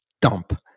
dump